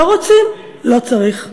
לא רוצים, לא צריך,